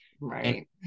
Right